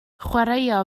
chwaraea